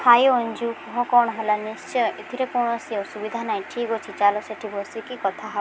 ହାଏ ଅଞ୍ଜୁ କୁହ କ'ଣ ହେଲା ନିଶ୍ଚୟ ଏଥିରେ କୌଣସି ଅସୁବିଧା ନାହିଁ ଠିକ୍ ଅଛି ଚାଲ ସେଇଠି ବସିକି କଥା ହେବା